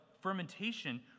fermentation